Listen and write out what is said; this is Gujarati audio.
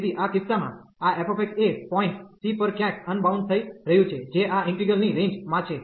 તેથી આ કિસ્સામાં આ f એ પોઈન્ટ c પર ક્યાંક અનબાઉન્ડ થઈ રહ્યું છે જે આ ઈન્ટિગ્રલ ની રેન્જ માં છે